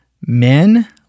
Men